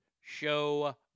show